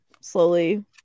slowly